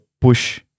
push